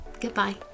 Goodbye